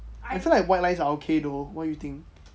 I feel like white lies are okay though what do you think